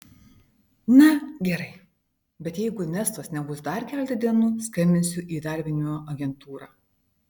na gerai bet jeigu nestos nebus dar keletą dienų skambinsiu į įdarbinimo agentūrą